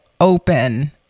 open